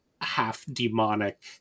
half-demonic